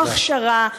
לא הכשרה,